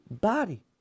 body